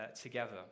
together